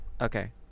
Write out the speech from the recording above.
Okay